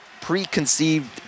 preconceived